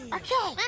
okay, but